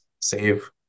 save